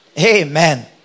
Amen